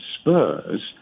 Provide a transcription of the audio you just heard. Spurs